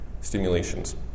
stimulations